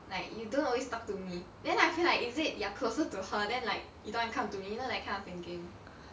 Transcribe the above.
like you don't always talk to me then I feel like is it you are closer to her then like you don't want to come to me you know that kind of thinking